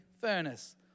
furnace